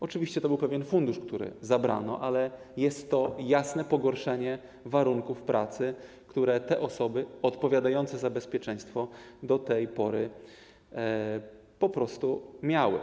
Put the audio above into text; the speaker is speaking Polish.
Oczywiście był pewien fundusz, który zabrano, ale jest to jasne pogorszenie warunków pracy, które te osoby odpowiadające za bezpieczeństwo do tej pory miały.